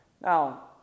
Now